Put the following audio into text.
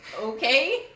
Okay